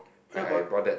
ya but